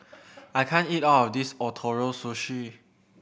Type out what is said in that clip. I can't eat all of this Ootoro Sushi